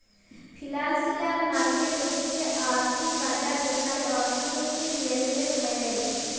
financial market হচ্যে আর্থিক বাজার যেখালে অর্থনীতির লেলদেল হ্য়েয়